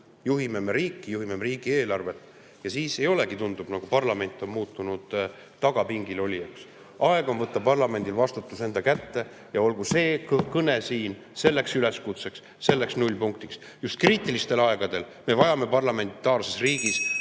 juhime riiki, juhime riigieelarvet. Ja siis tundubki, nagu parlament oleks muutunud tagapingil olijaks. Aeg on parlamendil võtta vastutus enda kätte! Olgu see kõne siin selleks üleskutseks, selleks nullpunktiks. Just kriitilistel aegadel me vajame parlamentaarses riigis